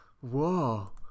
whoa